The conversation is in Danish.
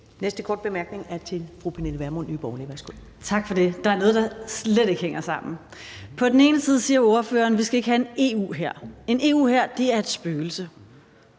Næste korte bemærkning er til fru Pernille Vermund, Nye Borgerlige.